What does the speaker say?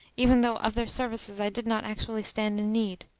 even though of their services i did not actually stand in need.